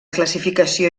classificació